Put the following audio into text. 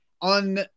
on